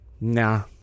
nah